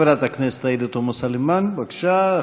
חברת הכנסת עאידה תומא סלימאן, בבקשה.